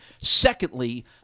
Secondly